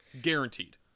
Guaranteed